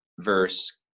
verse